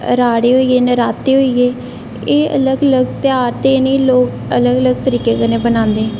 राह्ड़े होई गे नराते होई गे ते एह् अलग अलग ध्यार ते इ'नें गी लोक अलग अलग तरीके कन्नै मनांदे